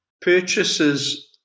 purchases